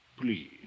please